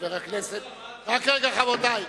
רק רגע, רבותי.